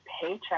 paycheck